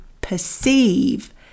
perceive